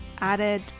added